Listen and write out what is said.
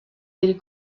del